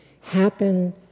happen